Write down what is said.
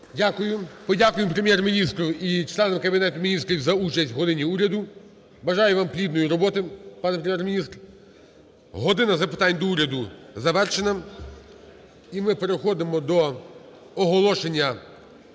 Дякую. Подякуємо Прем'єр-міністру і членам Кабінету Міністрів за участь в "годині Уряду". Бажаю вам плідної роботи, пане Прем'єр-міністр. "Година запитань до Уряду" завершена. І ми переходимо до оголошення